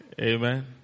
amen